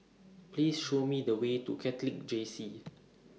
Please Show Me The Way to Catholic J C